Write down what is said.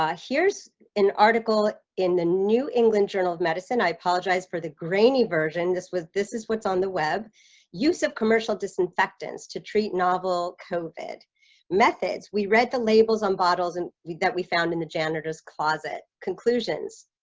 ah here's an article in the new england journal of medicine, i apologize for the grainy version this was this is what's on the web use of commercial disinfectants to treat novel kovat methods we read the labels on bottles and that we found in the janitor's closet conclusions.